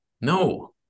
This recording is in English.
No